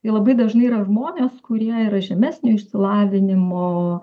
jie labai dažnai yra žmonės kurie yra žemesnio išsilavinimo